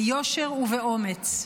ביושר ובאומץ.